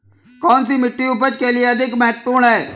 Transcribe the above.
कौन सी मिट्टी उपज के लिए अधिक महत्वपूर्ण है?